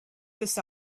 this